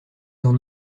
n’en